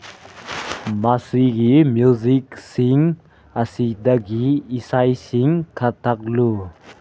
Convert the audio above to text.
ꯃꯁꯤꯒꯤ ꯃ꯭ꯌꯨꯖꯤꯛꯁꯤꯡ ꯑꯁꯤꯗꯒꯤ ꯏꯁꯩꯁꯤꯡ ꯀꯛꯊꯠꯂꯨ